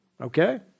Okay